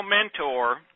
mentor